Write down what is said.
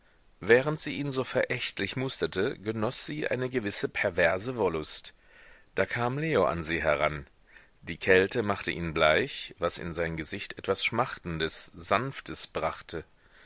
während sie ihn so verächtlich musterte genoß sie eine gewisse perverse wollust da kam leo an sie heran die kälte machte ihn bleich was in sein gesicht etwas schmachtendes sanftes brachte